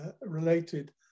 related